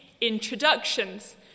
introductions